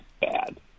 bad